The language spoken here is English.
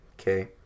Okay